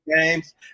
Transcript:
Games